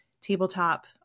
tabletop